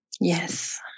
Yes